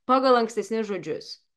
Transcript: pagal ankstesnius žodžius